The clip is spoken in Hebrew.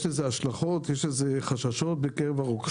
יש לזה השלכות, יש חששות בקרב הרוקחים.